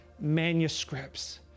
manuscripts